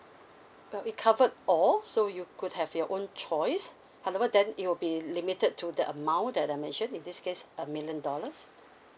uh we covered all so you could have your own choice however it will be limited to the amount that I mentioned in this case a million dollars